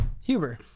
Huber